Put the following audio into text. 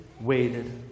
waited